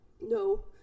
no